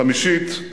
חמישית,